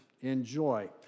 enjoy